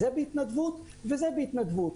זה בהתנדבות וזה בהתנדבות.